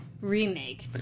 Remake